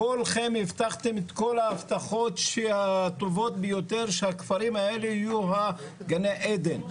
כולכם הבטחתם את כל ההבטחות הטובות ביותר שהכפרים האלה יהיו גני עדן.